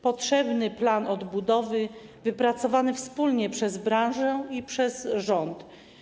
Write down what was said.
Potrzebny jest plan odbudowy wypracowany wspólnie przez branżę i przez rząd.